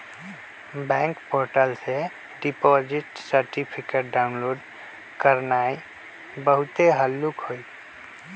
bank portal से deposit certificate download करनाइ बहुते हल्लुक हइ